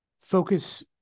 focus